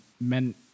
men